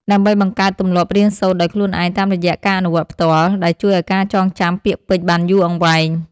ដើម្បីបង្កើតទម្លាប់រៀនសូត្រដោយខ្លួនឯងតាមរយៈការអនុវត្តផ្ទាល់ ដែលជួយឱ្យការចងចាំពាក្យពេចន៍បានយូរអង្វែង។